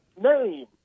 name